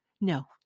No